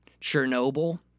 Chernobyl